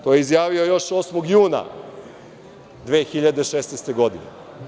To je izjavio još 8. juna 2016. godine.